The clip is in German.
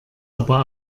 aber